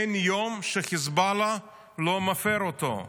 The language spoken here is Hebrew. אין יום שחיזבאללה לא מפר אותה.